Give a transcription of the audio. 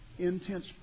intense